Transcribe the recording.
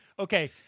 Okay